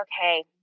okay